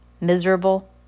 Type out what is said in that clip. miserable